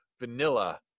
vanilla